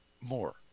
More